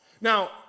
Now